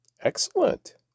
Excellent